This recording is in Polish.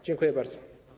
Dziękuję bardzo.